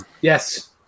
yes